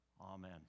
Amen